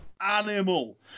animal